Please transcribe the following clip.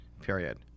period